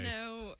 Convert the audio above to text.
no